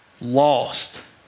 lost